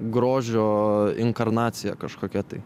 grožio inkarnacija kažkokia tai